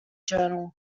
journal